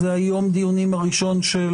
זה יום הדיונים הראשון של